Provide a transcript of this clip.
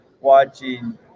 watching –